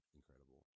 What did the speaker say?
incredible